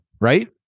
Right